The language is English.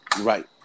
Right